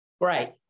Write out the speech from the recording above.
great